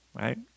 right